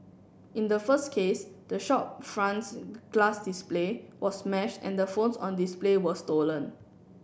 in the first case the shop front's glass display was smash and the phones on display were stolen